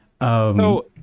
no